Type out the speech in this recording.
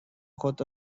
خود